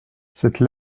cette